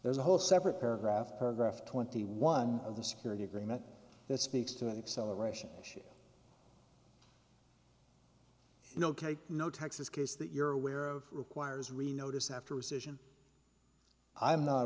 there's a whole separate paragraph prograf twenty one of the security agreement that speaks to an acceleration issue no carry no texas case that you're aware of requires re notice after rescission i'm not